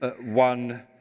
one